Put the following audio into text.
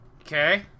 Okay